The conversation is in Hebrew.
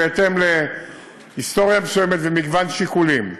בהתאם להיסטוריה מסוימת ומגוון שיקולים.